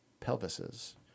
pelvises